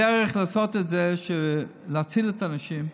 הדרך לעשות את זה, להציל את האנשים,